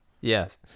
Yes